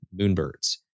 Moonbirds